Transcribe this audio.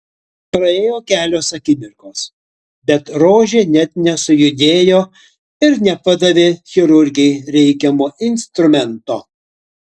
praėjo kelios akimirkos bet rožė net nesujudėjo ir nepadavė chirurgei reikiamo instrumento